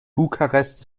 bukarest